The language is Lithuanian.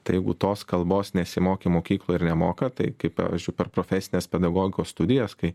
tai jeigu tos kalbos nesimokė mokykloj ir nemoka tai kaip pavyzdžiui per profesines pedagogikos studijas kai